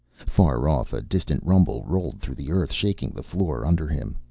far off, a distant rumble rolled through the earth, shaking the floor under him.